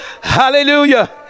Hallelujah